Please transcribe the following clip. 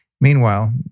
Meanwhile